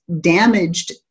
damaged